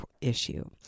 issue